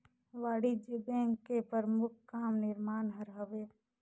वाणिज्य बेंक के परमुख काम निरमान हर हवे